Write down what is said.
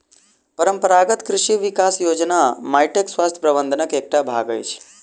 परंपरागत कृषि विकास योजना माइटक स्वास्थ्य प्रबंधनक एकटा भाग अछि